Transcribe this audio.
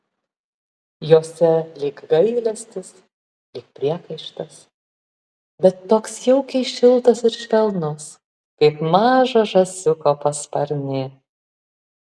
jose lyg gailestis lyg priekaištas bet toks jaukiai šiltas ir švelnus kaip mažo žąsiuko pasparnė